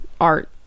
art